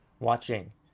Watching